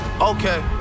okay